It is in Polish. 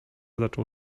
zaczął